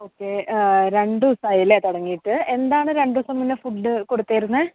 okay രണ്ട് ദിവസം ആയി അല്ലേ തുടങ്ങിയിട്ട് എന്താണ് രണ്ട് ദിവസം മുന്നേ ഫുഡ് കൊടുത്തിരുന്നത്